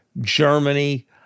Germany